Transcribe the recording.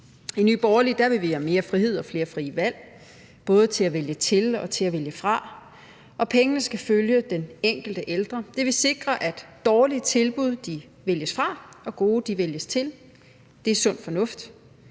I Nye Borgerlige vil vi have mere frihed og flere frie valg, både til at vælge til og til at vælge fra, og pengene skal følge den enkelte ældre. Det vil sikre, at dårlige tilbud vælges fra og gode vælges til; det er sund fornuft.